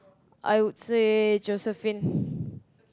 I would say Josephine